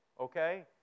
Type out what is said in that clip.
okay